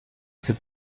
ses